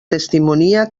testimonia